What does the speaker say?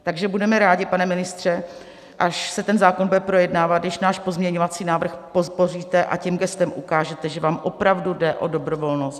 Takže budeme rádi, pane ministře, až se ten zákon bude projednávat, když náš pozměňovací návrh podpoříte a tím gestem ukážete, že vám opravdu jde o dobrovolnost.